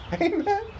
Amen